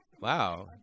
Wow